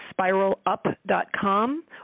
spiralup.com